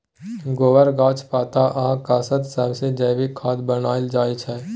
गोबर, गाछ पात आ कासत सबसँ जैबिक खाद बनाएल जाइ छै